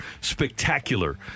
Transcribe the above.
spectacular